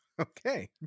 Okay